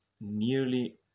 nearly